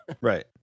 Right